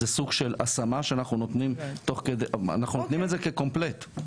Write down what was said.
זה סוג של השמה שאנחנו נותנים את זה כקומפלט.